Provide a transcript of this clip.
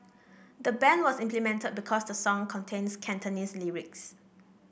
the ban was implemented because the song contains Cantonese lyrics